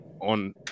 on